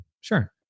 sure